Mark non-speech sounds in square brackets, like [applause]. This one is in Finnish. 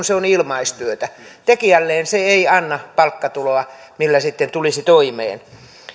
[unintelligible] se on ilmaistyötä tekijälleen se ei anna palkkatuloa millä sitten tulisi toimeen